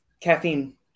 caffeine